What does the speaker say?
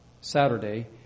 Saturday